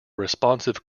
responsive